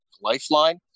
lifeline